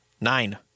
Nine